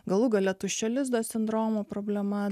galų gale tuščio lizdo sindromo problema